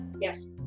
yes